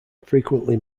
frequently